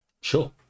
sure